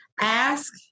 Ask